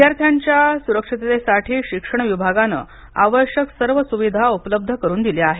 विद्यार्थ्यांच्या सुरक्षिततेसाठी शिक्षण विभागाने आवश्यक सर्व सुविधा उपलब्ध करून दिल्या आहेत